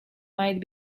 might